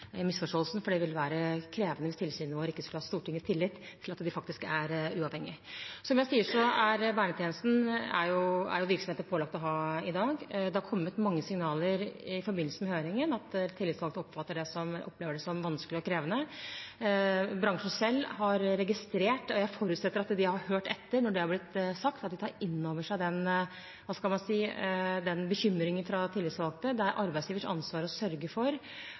misforståelsen, for det ville være krevende hvis tilsynene våre ikke skulle ha Stortingets tillit til at de faktisk er uavhengige. Som jeg sier: Virksomheter er i dag pålagt å ha vernetjenester. Det har kommet mange signaler i forbindelse med høringen om at tillitsvalgte opplever det som vanskelig og krevende. Bransjen selv har registrert – og jeg forutsetter at de har hørt etter når det har blitt sagt – og tar inn over seg denne – hva skal man si – bekymringen fra tillitsvalgte. Det er arbeidsgivers ansvar å sørge for